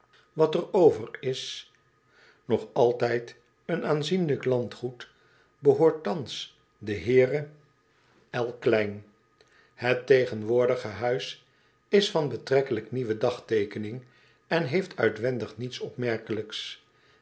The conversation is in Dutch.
wat er over is nog altijd een aanzienlijk landgoed behoort thans den heere l kleyn het tegenwoordige huis is van betrekkelijk nieuwe dagteekening en heeft uitwendig niets opmerkelijks